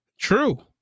true